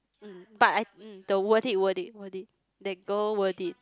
mm but I mm the worth it worth it worth it that girl worth it